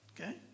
okay